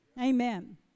Amen